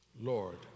Lord